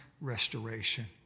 restoration